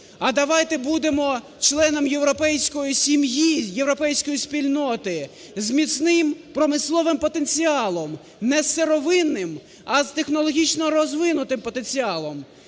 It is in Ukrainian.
а давайте будемо членом європейської сім'ї, європейської спільноти з міцним промисловим потенціалом, не з сировинним, а з технологічно розвинутим потенціалом.